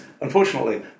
unfortunately